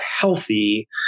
healthy